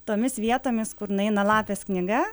tomis vietomis kur nueina lapės knyga